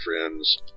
friends